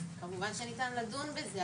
כמובן שניתן לדון בזה.